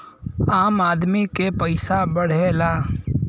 आम आदमी के पइसा बढ़ेला